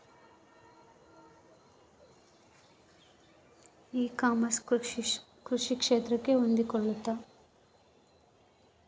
E commerce ಕೃಷಿ ಕ್ಷೇತ್ರಕ್ಕೆ ಹೊಂದಿಕೊಳ್ತೈತಾ?